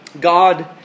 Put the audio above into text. God